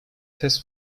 test